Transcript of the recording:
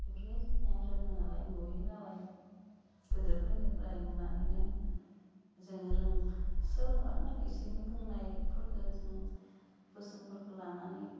बेफोरखो जोङो रोङो नालाय नुयो नालाय गोदोरफोरनिफ्राय नुनानैनो जोङो रों सोलोंलाङो आरो इसोरनि बुंनायफोरखो जों बोसोनफोरखौ लानानै